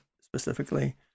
specifically